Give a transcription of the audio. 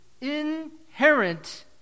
inherent